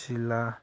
सिला